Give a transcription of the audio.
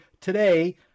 today